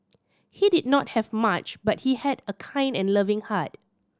he did not have much but he had a kind and loving heart